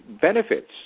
benefits